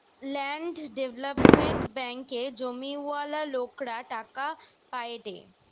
land development ব্যাঙ্কে জমিওয়ালা লোকরা টাকা পায়েটে